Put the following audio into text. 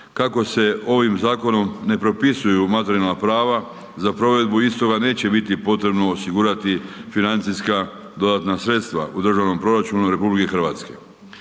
Kako se ovim zakonom ne propisuju materijalna prava, za provedbu istoga neće biti potrebno osigurati financijska dodatna sredstva u državnom proračunu RH.